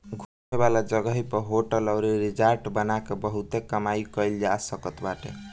घूमे वाला जगही पअ होटल अउरी रिजार्ट बना के बहुते कमाई कईल जा सकत बाटे